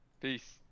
Peace